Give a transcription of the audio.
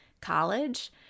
college